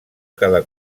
cada